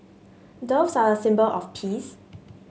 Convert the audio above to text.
doves are a symbol of peace